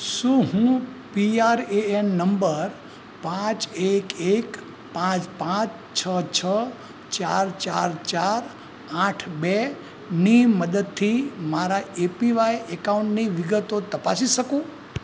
શું હું P R A N નંબર પાંચ એક એક પાંચ પાંચ છ છ ચાર ચાર ચાર આઠ બેની મદદથી મારા એ પી વાય ઍકાઉન્ટની વિગતો તપાસી શકું